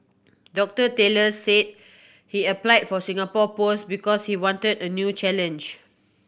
Doctor Taylor said he applied for Singapore post because he wanted a new challenge